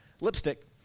lipstick